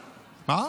שתדע.